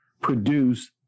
produce